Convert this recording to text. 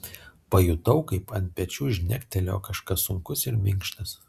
pajutau kaip ant pečių žnektelėjo kažkas sunkus ir minkštas